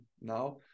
now